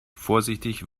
vorsichtig